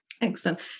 Excellent